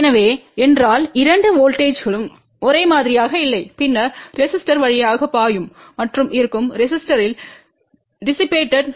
எனவே என்றால் இரண்டு வோல்ட்டேஜ்ங்கள் ஒரே மாதிரியாக இல்லை பின்னர் ரெசிஸ்டோர் வழியாக பாயும் மற்றும் இருக்கும் ரெசிஸ்டோர்யில் டிசிபேடெட்